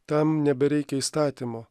tam nebereikia įstatymo